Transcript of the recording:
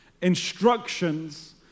instructions